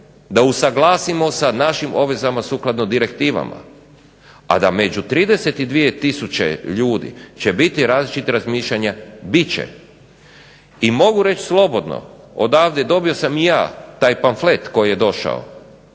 da usaglasimo sa našim obvezama sukladno direktivama, a da među 32000 ljudi će biti različitih razmišljanja bit će. I mogu reći slobodno odavde dobio sam i ja taj pamflet koji je došao,